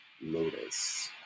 Lotus